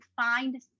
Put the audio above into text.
find